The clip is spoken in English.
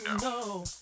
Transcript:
no